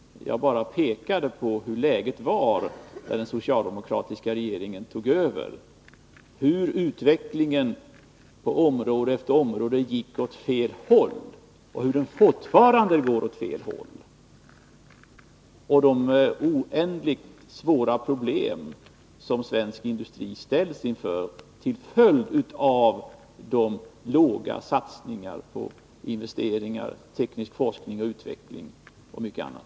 Jag bara pekade på hur läget var när den socialdemokratiska regeringen tog över, hur utvecklingen på område efter område gick åt fel håll — och hur det fortfarande går åt fel håll — och på de oändligt svåra problem som svensk industri ställs inför till följd av de låga satsningarna på investeringar, teknisk forskning och utveckling och mycket annat.